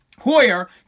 Hoyer